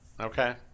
Okay